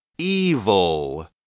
Evil